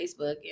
Facebook